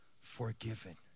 forgiven